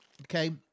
Okay